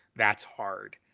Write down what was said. that's hard.